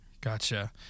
Gotcha